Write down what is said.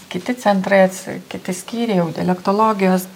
kiti centrai atsi kiti skyriai jau dialektologijos